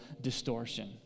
distortion